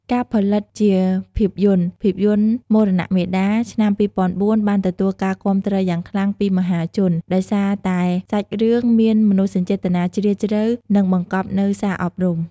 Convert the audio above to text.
ការផលិតជាភាពយន្ត ភាពយន្ត "មរណៈមាតា" ឆ្នាំ២០០៤ បានទទួលការគាំទ្រយ៉ាងខ្លាំងពីមហាជន ដោយសារតែសាច់រឿងមានមនោសញ្ចេតនាជ្រាលជ្រៅ និងបង្កប់នូវសារអប់រំ។